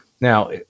Now